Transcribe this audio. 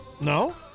No